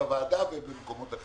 אני